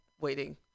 waiting